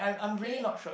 okay